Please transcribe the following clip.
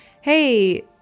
Hey